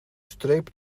streep